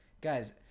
Guys